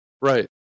Right